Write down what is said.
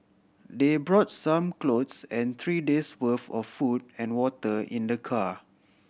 they brought some clothes and three days' worth of food and water in the car